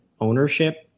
ownership